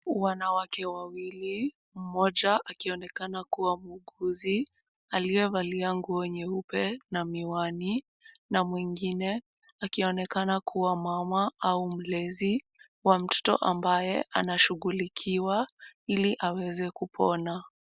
Wanawake wawili, mmoja akionekana kuwa muuguzi aliyevalia nguo nyeupe na miwani na mwingine akionekana kuwa mama au mlezi wa mtoto ambaye anashughulikiwa ili aweze kupona.